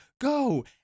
go